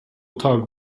tag